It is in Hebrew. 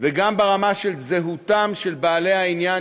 וגם ברמה של זהותם של בעלי העניין,